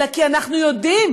אלא כי אנחנו יודעים